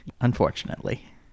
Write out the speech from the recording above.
unfortunately